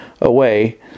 away